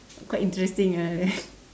quite interesting ah